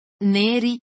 neri